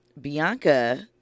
Bianca